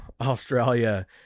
Australia